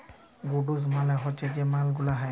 goods মালে হচ্যে যে মাল গুলা হ্যয়